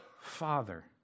Father